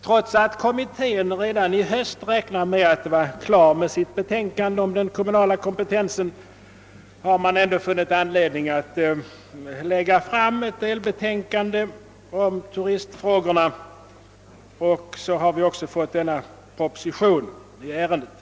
Trots att kommittén räknar med att redan i höst vara klar med sitt betänkande om den kommunala kompetensen har den funnit anledning att lägga fram ett särskilt betänkande om turistfrågorna, och sedan har vi även fått denna proposition i ärendet.